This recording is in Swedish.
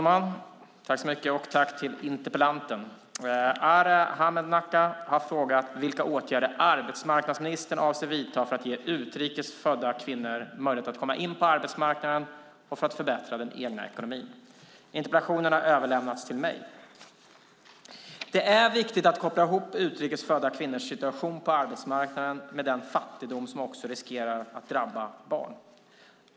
Herr talman! Arhe Hamednaca har frågat vilka åtgärder arbetsmarknadsministern avser att vidta för att ge utrikesfödda kvinnor möjlighet att komma in på arbetsmarknaden för att förbättra den egna ekonomin. Interpellationen har överlämnats till mig. Det är viktigt att koppla ihop utrikesfödda kvinnors situation på arbetsmarknaden med den fattigdom som också riskerar att drabba barn.